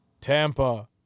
Tampa